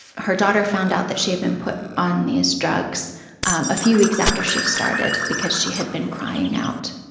her daughter found out that she had been put on these drugs a few weeks after she started because she had been crying out.